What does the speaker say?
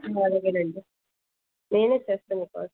అలాగేనండి నేను చేస్తాను మీకోసం